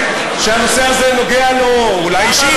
שהנושא הזה נוגע לו אולי אישית.